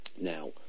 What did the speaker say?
Now